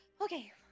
okay